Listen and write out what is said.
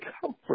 comfort